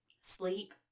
sleep